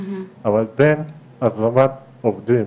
אבל בין הזרמת עובדים